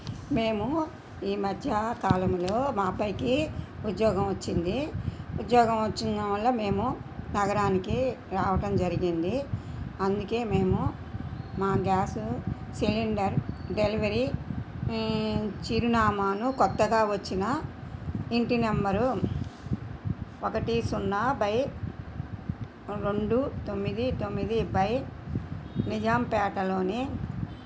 మేము ఈ మధ్య కాలములో మా అబ్బాయికి ఉద్యోగం వచ్చింది ఉద్యోగం వచ్చిన వల్ల మేము నగరానికి రావటం జరిగింది అందుకే మేము మా గ్యాసు సిలిండర్ డెలివరీ చిరునామాను కొత్తగా వచ్చిన ఇంటి నెంబరు ఒకటి సున్నా బై రెండు తొమ్మిది తొమ్మిది బై నిజాంపేటలోని